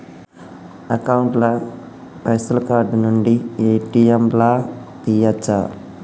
Account ల పైసల్ card నుండి ఏ.టి.ఎమ్ లా తియ్యచ్చా?